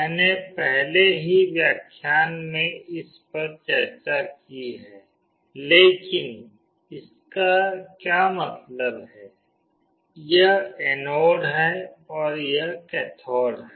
मैंने पहले ही व्याख्यान में इस पर चर्चा की है लेकिन इसका क्या मतलब है यह एनोड है और यह कैथोड है